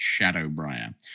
Shadowbriar